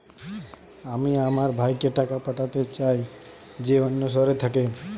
আমি আমার ভাইকে টাকা পাঠাতে চাই যে অন্য শহরে থাকে